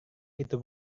itu